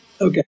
Okay